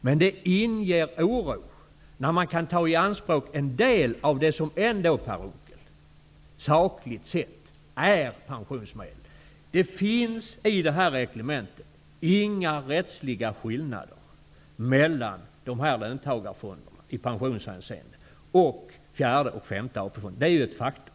Men det inger oro när man kan ta i anspråk en del av det som ändå, Per Unckel, sakligt sett är pensionsmedel. Det finns i det här reglementet inga rättsliga skillnader mellan löntagarfonderna och den fjärde och den femte AP-fonden i pensionshänseende. Det är ett faktum.